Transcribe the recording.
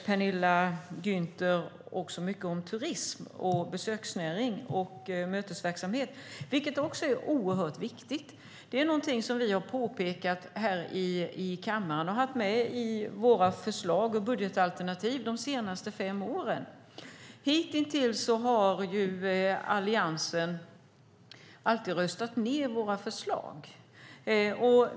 Penilla Gunther talar mycket även om turismen, besöksnäringen och mötesverksamheten. Det här är också oerhört viktigt. Det har vi här i kammaren pekat på och haft med i våra förslag och budgetalternativ under de senaste fem åren. Men hitintills har Alliansen alltid röstat ned våra förslag.